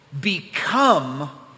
become